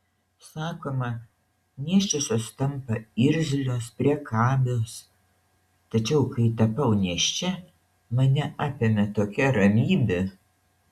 sakoma nėščiosios tampa irzlios priekabios tačiau kai tapau nėščia mane apėmė tokia ramybė